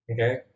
Okay